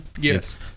Yes